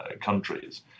countries